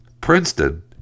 princeton